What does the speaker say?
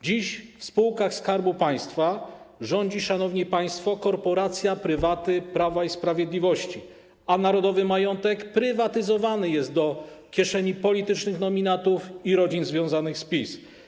Dziś w spółkach Skarbu Państwa rządzi, szanowni państwo, korporacja prywaty Prawa i Sprawiedliwości, a narodowy majątek prywatyzowany jest do kieszeni politycznych nominatów i rodzin związanych z PiS.